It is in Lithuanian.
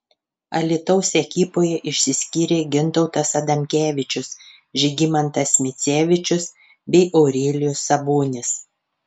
alytaus ekipoje išsiskyrė gintautas adamkevičius žygimantas micevičius bei aurelijus sabonis